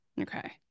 Okay